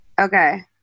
Okay